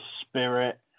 spirit